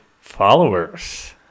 followers